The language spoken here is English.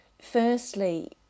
firstly